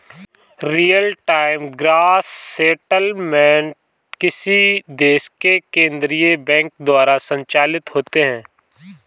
real time gross settlement किसी देश के केन्द्रीय बैंक द्वारा संचालित होते हैं